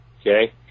Okay